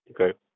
Okay